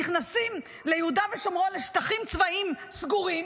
נכנסים ליהודה ושומרון לשטחים צבאיים סגורים,